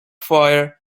fire